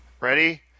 Ready